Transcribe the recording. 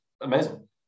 amazing